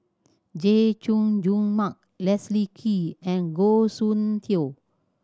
Chay Jung Jun Mark Leslie Kee and Goh Soon Tioe